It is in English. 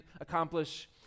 accomplish